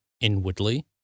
inwardly